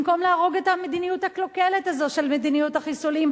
במקום להרוג את המדיניות הקלוקלת הזאת של מדיניות החיסולים,